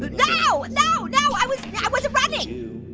but no, no, no, i wasn't yeah wasn't running!